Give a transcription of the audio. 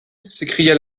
s’écria